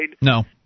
No